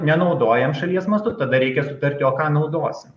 nenaudojam šalies mastu tada reikia sutarti o ką naudosim